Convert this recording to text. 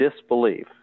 disbelief